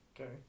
Okay